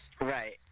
Right